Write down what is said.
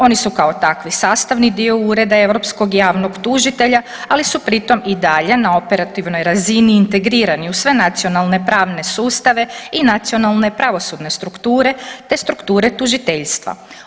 Oni su kao takvi, sastavni dio Ureda europskog javnog tužitelja, ali su pritom i dalje na operativnoj razini integrirani u sve nacionalne pravne sustave i nacionalne pravosudne strukture te strukture tužiteljstva.